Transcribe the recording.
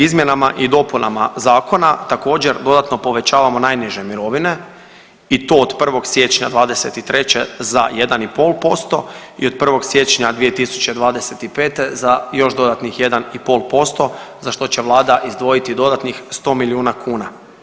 Izmjenama i dopunama zakona također dodatno povećavamo najniže mirovine i to od 1. siječnja '23. za 1,5% i od 1. siječnja 2025. za još dodatnih 1,5% za što će vlada izdvojiti dodatnih 100 milijuna kuna.